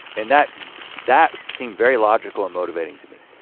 and that that seemed very logical and motivating to me.